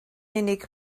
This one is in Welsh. unig